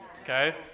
Okay